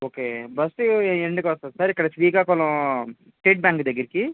okay bus ఎన్నింటికొస్తుంది sir ఇక్కడ Srikakulam state bank దగ్గరికి